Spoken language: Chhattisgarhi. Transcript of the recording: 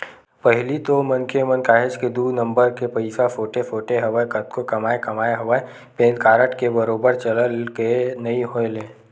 पहिली तो मनखे मन काहेच के दू नंबर के पइसा सोटे सोटे हवय कतको कमाए कमाए हवय पेन कारड के बरोबर चलन के नइ होय ले